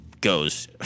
goes